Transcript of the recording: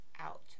out